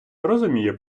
розуміє